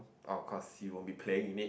of course he won't be playing in it